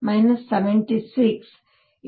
61